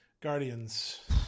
Guardians